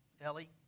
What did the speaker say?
Ellie